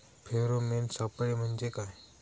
Pheromone सापळे म्हंजे काय?